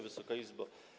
Wysoka Izbo!